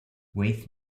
wyeth